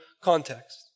context